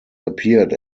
appeared